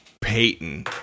Peyton